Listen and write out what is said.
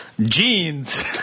Jeans